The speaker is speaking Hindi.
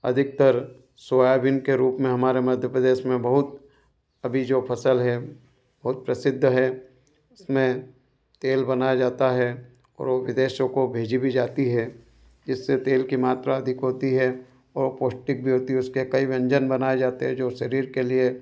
अधिकतर सोयाबीन के रूप में हमारे मध्य प्रदेश में बहुत अभी जो फसल है बहुत प्रसिद्ध है उसमें तेल बनाया जाता है और वो विदेशों को भेजी भी जाती है इससे तेल की मात्रा अधिक होती है और पौष्टिक भी होती है उसके कई व्यंजन बनाए जाते हैं जो सरीर के लिए